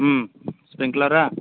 ಹ್ಞೂ ಸ್ಪ್ರಿಂಕ್ಲರ